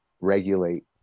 regulate